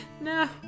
No